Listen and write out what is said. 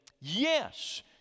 yes